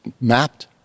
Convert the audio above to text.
mapped